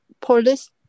police